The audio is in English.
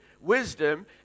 wisdom